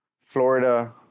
Florida